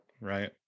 Right